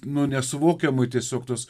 nu nesuvokiamai tiesiog tos